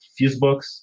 Fusebox